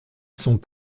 sont